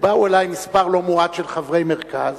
באו אלי מספר לא מועט של חברי מרכז,